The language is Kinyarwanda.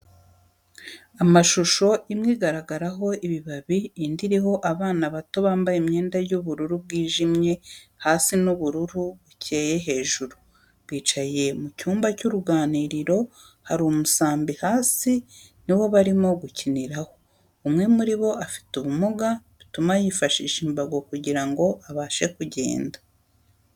Amashusho imwe igaragaraho ibibabi indi iriho abana bato bambaye imyenda y'ubururu bwijimye hasi n'ubururu bukeye hejuru, bicaye mu cyumba cy'uruganiriro hari umusambi hasi ni wo barimo gukiniraho, umwe muri bo afite ubumuga bituma yifashisha imbago kugira ngo abashe kugenda.